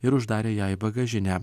ir uždarė ją į bagažinę